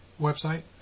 website